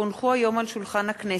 כי הונחו היום על שולחן הכנסת,